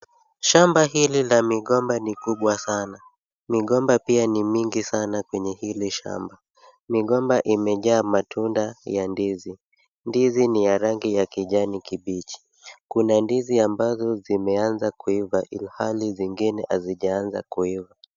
Shamba hili la migomba ni kubwa sana. Migomba pia ni mingi sana kwenye hili shamba. Migomba imejaa matunda ya ndizi. Ndizi ni ya rangi ya kijani kibichi. Kuna ndizi ambazo zimeanza kuiva ilhali zingine hazijaanza kuiva.